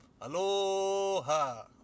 Aloha